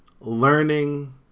learning